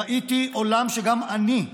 ראיתי עולם שגם אני,